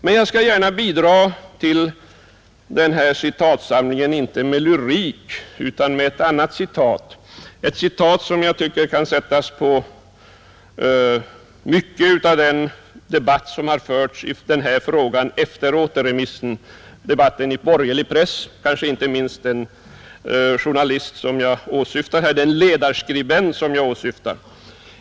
Man jag skall gärna bidra till citatsamlingen, inte med lyrik utan med ett annat citat, som jag tycker kan tillämpas på mycket av den debatt som har förts i borgerlig press i den här frågan efter återremissen, särskilt då den ledarskribent som jag avsåg.